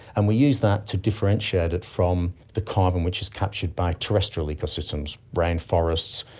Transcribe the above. and we use that to differentiate it from the carbon which is captured by terrestrial ecosystems rainforests,